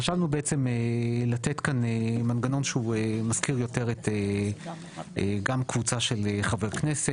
חשבנו לתת כאן מנגנון שהוא מזכיר יותר גם קבוצה של חברי כנסת.